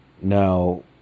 now